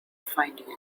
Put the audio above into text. finding